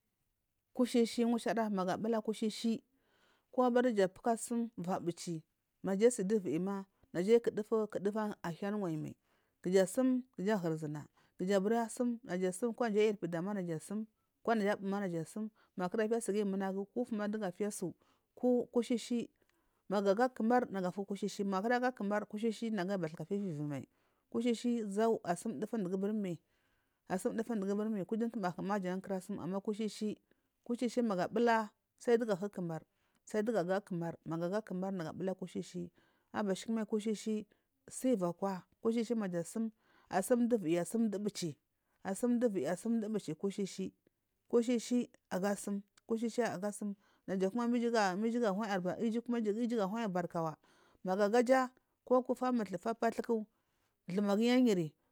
Kushishi mushada magu abula kushishi kobani nduja puka sumvabuth majasi nduviyi ma najayu ku duju ahiya arwan mal kuja sum kuja hurguna kuja bura sum dun kodja ayir pida ma naja sumsursum magu kura ga suguyi munagu kutumati dugu fiyasu ku kushishi magu aga kumar nagu fiya kushishi magu kudaga kumar kushishi naga bathakatiya ivumal kushishi zau asum dufu duguburmi asumdugu dugunmi untumahu ma jan kuda ama kushishi kushishi magu bula saldugu ahuri kumar salduju ga kumar magu ga kumar nag utu kushishi abashikumal kusheshe sunikwa kusheshe maja sum asumduviyi asumdu bichia sumduviyi asumdubichi kushishi kushishi apuka sum payaga sum ba kuma ma iju ga huwanyi barkawa naga gaja kakaujamultha ku thumaguyamyi anyari.